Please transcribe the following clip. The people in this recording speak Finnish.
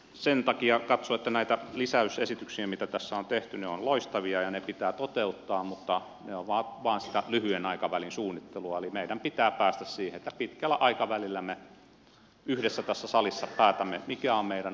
sen takia katson että nämä lisäysesitykset mitä tässä on tehty ovat loistavia ja ne pitää toteuttaa mutta ne ovat vain sitä lyhyen aikavälin suunnittelua eli meidän pitää päästä siihen että pitkällä aikavälillä me yhdessä tässä salissa päätämme mikä on meidän oikeudenhoidon taso